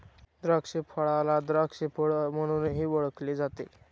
द्राक्षफळाला द्राक्ष फळ म्हणूनही ओळखले जाते